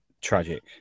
tragic